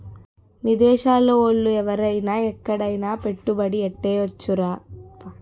విదేశాల ఓళ్ళు ఎవరైన ఎక్కడైన పెట్టుబడి ఎట్టేయొచ్చురా